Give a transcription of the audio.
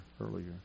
earlier